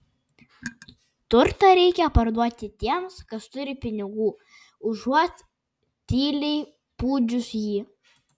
turtą reikia parduoti tiems kas turi pinigų užuot tyliai pūdžius jį